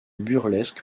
burlesque